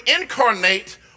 incarnate